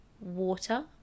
Water